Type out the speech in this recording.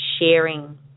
sharing